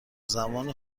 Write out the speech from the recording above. زمان